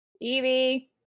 Evie